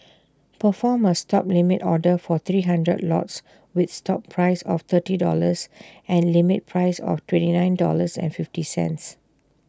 perform A stop limit order for three hundred lots with stop price of thirty dollars and limit price of twenty nine dollars fifty cents